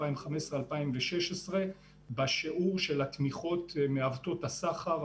2015 ו-2016 בשיעור התמיכות מעוותות הסחר,